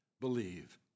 believe